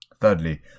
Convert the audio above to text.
Thirdly